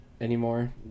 Anymore